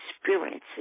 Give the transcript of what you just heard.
experiences